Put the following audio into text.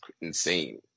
insane